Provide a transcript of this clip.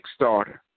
Kickstarter